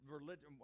religion